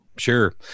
Sure